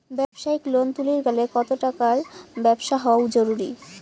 ব্যবসায়িক লোন তুলির গেলে কতো টাকার ব্যবসা হওয়া জরুরি?